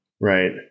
Right